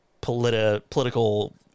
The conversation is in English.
political